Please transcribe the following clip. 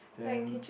then